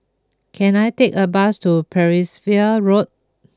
can I take a bus to Percival Road